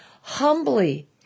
humbly